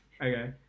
Okay